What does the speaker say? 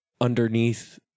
underneath